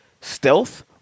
stealth